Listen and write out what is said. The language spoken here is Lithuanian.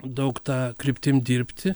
daug ta kryptim dirbti